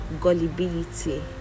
gullibility